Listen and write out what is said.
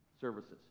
services